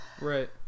Right